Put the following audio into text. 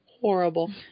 Horrible